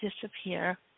disappear